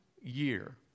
year